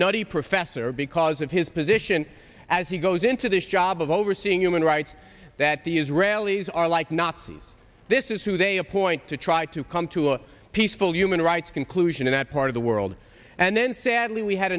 nutty professor because of his position as he goes into this job of overseeing human rights that the israelis are like nazis this is who they appoint to try to come to a peaceful human rights conclusion in that part of the world and then sadly we had